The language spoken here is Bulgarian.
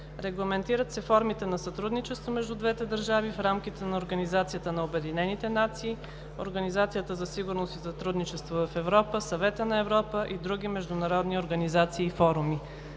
Регламентират се формите на сътрудничество между двете държави в рамките на Организацията на обединените нации (ООН), Организацията за сигурност и сътрудничество в Европа, Съвета на Европа и други международни организации и форуми.